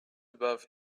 above